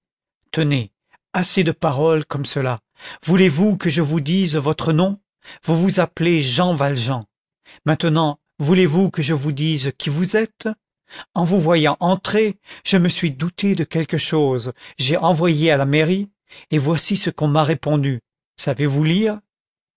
tenez assez de paroles comme cela voulez-vous que je vous dise votre nom vous vous appelez jean valjean maintenant voulez-vous que je vous dise qui vous êtes en vous voyant entrer je me suis douté de quelque chose j'ai envoyé à la mairie et voici ce qu'on m'a répondu savez-vous lire